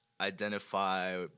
identify